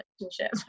relationship